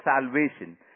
salvation